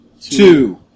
two